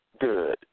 good